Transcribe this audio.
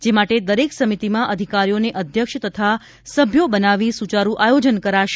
જે માટે દરેક સમિતિમાં અધિકારીઓને અધ્યક્ષ તથા સભ્યો બનાવી સુચારૂ આયોજન કરાશે